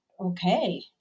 okay